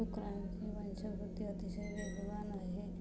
डुकरांची वंशवृद्धि अतिशय वेगवान असते